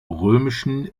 römischen